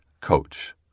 coach